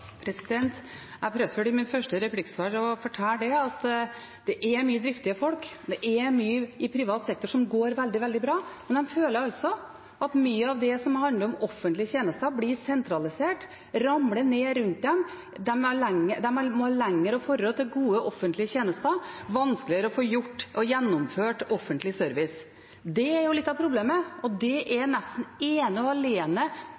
Jeg prøvde i mitt første replikksvar å fortelle at det er mange driftige mennesker, at det er mye i privat sektor som går veldig, veldig bra, men de føler at mye av det som handler om offentlige tjenester, blir sentralisert – ramler ned rundt dem. De må reise lenger for å få gode offentlige tjenester, det er vanskeligere å få utført offentlig service. Det er litt av problemet, og årsaken til det er nesten ene og alene